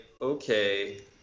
okay